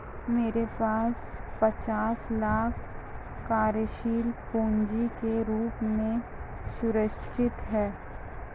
मेरे पास पचास लाख कार्यशील पूँजी के रूप में सुरक्षित हैं